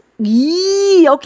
okay